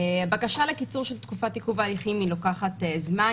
הבקשה לקיצור של תקופת עיכוב ההליכים לוקחת זמן,